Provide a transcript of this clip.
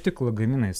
tik lagaminais